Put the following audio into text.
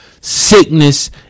sickness